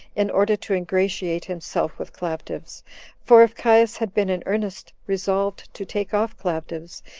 in order to ingratiate himself with claudius for if caius had been in earnest resolved to take off claudius,